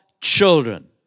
children